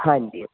ਹਾਂਜੀ